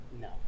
No